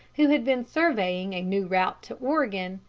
who had been surveying a new route to oregon,